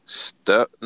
step